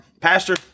Pastor